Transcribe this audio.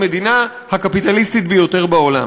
המדינה הקפיטליסטית ביותר בעולם.